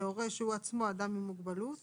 שלא יצטרך לכתוב תוכנית